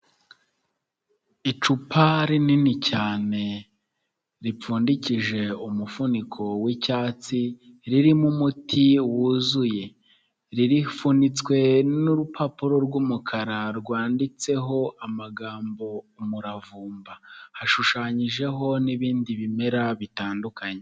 Icupa rinini cyane ripfundikije umufuniko w'icyatsi ririmo umuti wuzuye, rifunitswe n'urupapuro rw'umukara rwanditseho amagambo umuravumba, hashushanyijeho n'ibindi bimera bitandukanye.